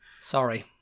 Sorry